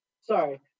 Sorry